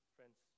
Friends